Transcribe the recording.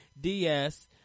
DS